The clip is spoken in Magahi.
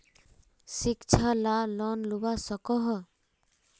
शिक्षा ला लोन लुबा सकोहो?